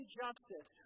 justice